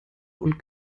und